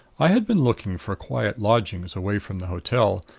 i had been looking for quiet lodgings away from the hotel,